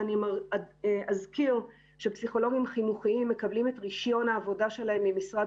אני אזכיר שפסיכולוגיים חינוכיים מקבלים את רישיון העבודה שלהם ממשרד